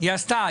היא עשתה.